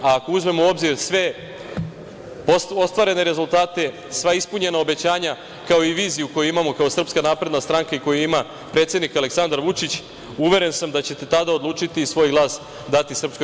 Ako uzmemo u obzir sve ostvarene rezultate, sva ispunjena obećanja, kao i viziju koju imamo kao SNS i koju ima predsednik Aleksandar Vučić, uveren sam da ćete tada odlučiti i svoj glas dati SNS.